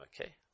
Okay